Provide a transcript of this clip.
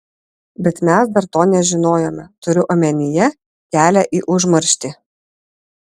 bet mes dar to nežinojome turiu omenyje kelią į užmarštį